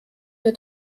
wir